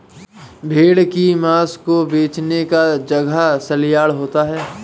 भेड़ की मांस को बेचने का जगह सलयार्ड होता है